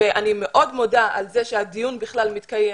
ואני מאוד מודה על כך שהדיון בכלל מתקיים